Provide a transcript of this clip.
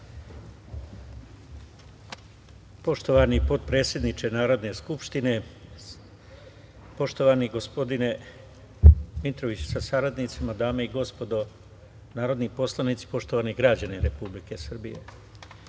Poštovani potpredsedniče Narodne skupštine, poštovani gospodine Dmitroviću sa saradnicima, dame i gospodo narodni poslanici, poštovani građani Republike Srbije,